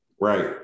right